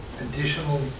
additional